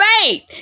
Faith